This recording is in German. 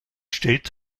steht